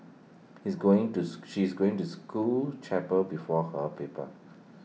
he's going tooth she's going to school chapel before her paper